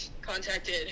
contacted